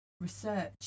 research